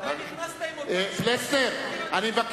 ואתה נכנסת עם אותם, פלסנר, אני מבקש.